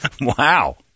Wow